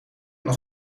nog